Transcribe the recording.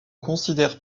considère